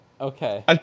Okay